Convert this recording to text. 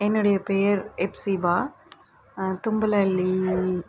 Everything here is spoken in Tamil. என்னுடைய பெயர் எப்சிபா தும்பலல்லி